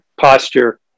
posture